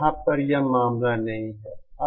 यहां पर यह मामला नहीं है